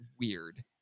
weird